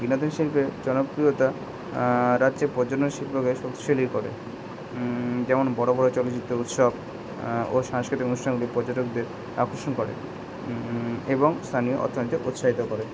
বিনোদন শিল্পের জনপ্রিয়তা রাজ্যে পর্যটন শিল্পকে শক্তিশালী করে যেমন বড়ো বড়ো চলচ্চিত্র উৎসব ও সাংস্কৃতিক অনুষ্ঠানগুলো পর্যটকদের আকর্ষণ করে এবং স্থানীয় অর্থনীতিতে উৎসাহিত করে